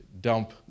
dump